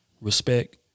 Respect